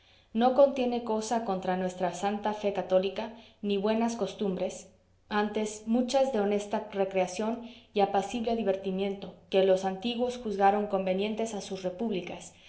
no contiene cosa contra nuestra santa fe católica ni buenas costumbres antes muchas de honesta recreación y apacible divertimiento que los antiguos juzgaron convenientes a sus repúblicas